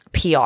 PR